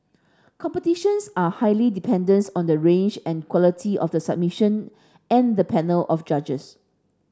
competitions are highly dependence on the range and quality of the submission and the panel of judges